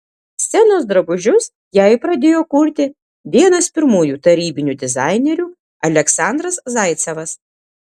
scenos drabužius jai pradėjo kurti vienas pirmųjų tarybinių dizainerių aleksandras zaicevas